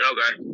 Okay